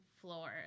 floor